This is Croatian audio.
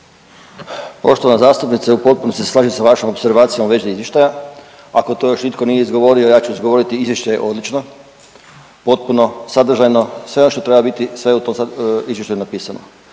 Poštovana zastupnice, u potpunosti se slažem sa vašom opservacijom u vezi izvještaja. Ako to još nitko nije izgovorio, ja ću izgovoriti, Izvješće je odlično, potpuno sadržajno, sve ono što treba biti sve u .../Govornik se ne